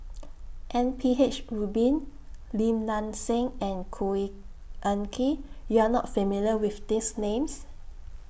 M P H Rubin Lim Nang Seng and Khor Ean Ghee YOU Are not familiar with These Names